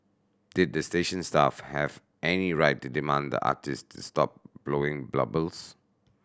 did the station staff have any right to demand the artist to stop blowing bubbles